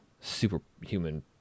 superhuman